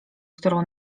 którą